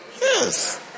yes